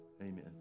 amen